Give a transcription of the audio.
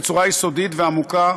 בצורה יסודית ועמוקה,